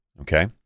okay